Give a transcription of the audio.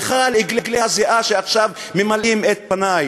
סליחה על אגלי הזיעה שעכשיו ממלאים את פני,